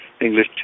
English